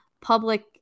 public